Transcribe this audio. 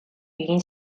egin